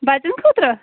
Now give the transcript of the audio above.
بَچن خٲطرٕ